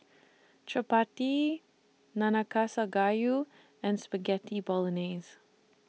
Chapati Nanakusa Gayu and Spaghetti Bolognese